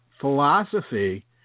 philosophy